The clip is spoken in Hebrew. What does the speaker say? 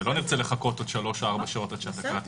ולא נרצה לחכות שלוש-ארבע שעות עד שהתקלה תסתדר.